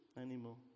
anymore